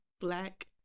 Black